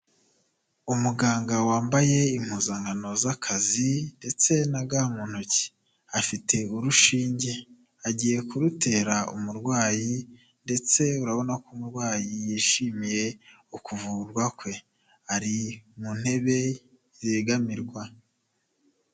Umuganga wambaye impuzankano z'akazi ndetse na ga mu ntoki, afite urushinge agiye kurutera umurwayi ndetse urabona ko umurwayi yishimiye ukuvurwa kwe, ari mu ntebe zegamirwa.